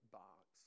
box